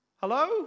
Hello